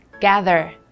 gather